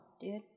dude